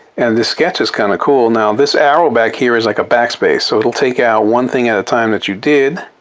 and this sketch is kind of cool. now this arrow back here is like a backspace. so it'll take out one thing at a time that you did.